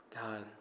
God